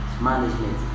management